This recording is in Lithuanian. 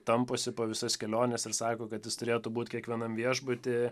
tamposi po visas keliones ir sako kad jis turėtų būt kiekvienam viešbuty